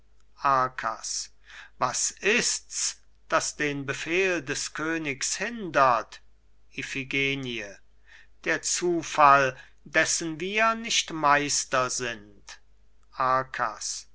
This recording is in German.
was ist's das den befehl des königs hindert iphigenie der zufall dessen wir nicht meister sind